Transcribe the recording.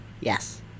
yes